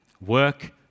work